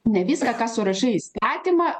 ne visą ką surašai įstatymą